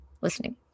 listening